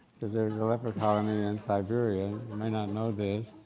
because there's a leper colony in siberia. you may not know this,